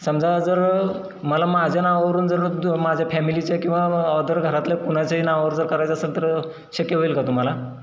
समजा जर मला माझ्या नावावरून जर माझ्या फॅमिलीच्या किंवा ऑदर घरातल्या कुणाच्याही नावावर जर करायचं असंल तर शक्य होईल का तुम्हाला